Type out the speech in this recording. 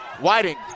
Whiting